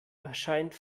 erscheint